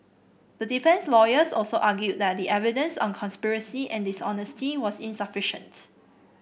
the defence lawyers also argued that the evidence on conspiracy and dishonesty was insufficient